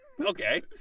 Okay